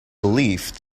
belief